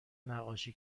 نقاشی